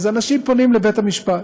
אנשים פונים לבית-המשפט.